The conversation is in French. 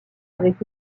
avec